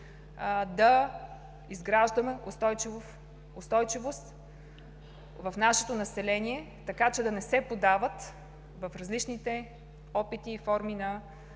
да изграждаме устойчивост в нашето население, така че да не се поддават в различните опити и форми на